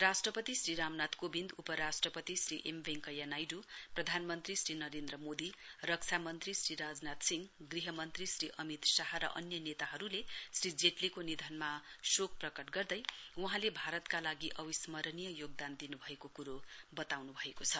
राष्ट्रपति श्री रामनाथ कोबिन्द उपराष्ट्रपति श्री एम वेंकैया नायड्र प्रधानमन्त्री श्री नरेन्द्र मोदी रक्षा मन्त्री श्री राजनाथ सिंह गृहमन्त्री श्री अमित शाह र अन्य नेताहरूले श्री जेटलीको निधनमा शोक प्रकट गर्दै वहाँले भारतका लागि अविस्मरणीय योगदान दिनुभइएको कुरो बताउनुभएको छ